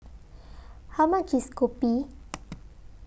How much IS Kopi